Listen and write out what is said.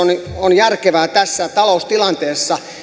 on järkevää tässä taloustilanteessa